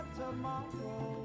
tomorrow